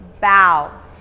bow